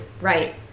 Right